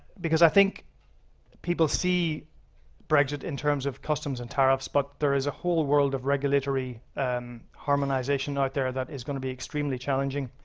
because i think people see brexit in terms of customs and tariffs, but there is a whole world of regulatory and harmonization out there that is gonna be extremely challenging.